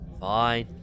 Fine